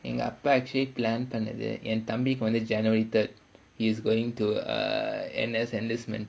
எங்க அப்பா:enga appaa actually plan பண்ணது என் தம்பிக்கு வந்து:pannathu en thambikku vanthu january third he's going to err N_S enlistment